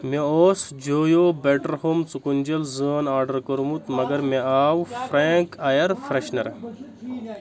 مےٚ اوس جویو بٮ۪ٹر ہوم ژُکونٛجل زٲن آرڈر کوٚرمُت مگر مےٚ آو فرینٛک ایٖیر فرٛٮ۪شنر